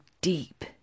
deep